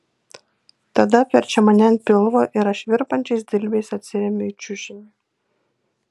tada apverčia mane ant pilvo ir aš virpančiais dilbiais atsiremiu į čiužinį